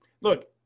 Look